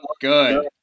good